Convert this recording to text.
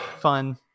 fun